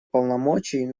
полномочий